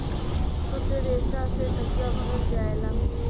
सुद्ध रेसा से तकिया भरल जाला